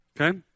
Okay